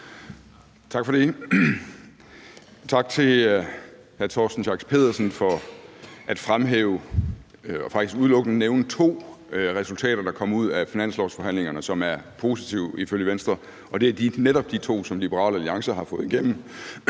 Tak for det. Tak til hr. Torsten Schack Pedersen for at fremhæve og faktisk udelukkende nævne to resultater, der kom ud af finanslovsforhandlingerne, som er positive ifølge Venstre. Og det er netop de to, som Liberal Alliance har fået igennem,